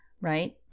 right